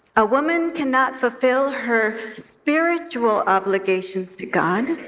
a woman cannot fulfill her spiritual obligations to god